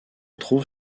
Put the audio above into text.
trouve